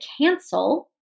cancel